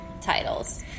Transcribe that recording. titles